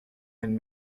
and